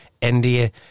India